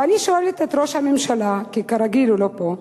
ואני שואלת את ראש הממשלה, שכרגיל הוא לא פה: